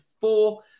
four